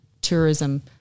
tourism